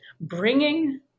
bringing